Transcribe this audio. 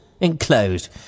enclosed